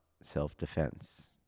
self-defense